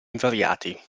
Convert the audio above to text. invariati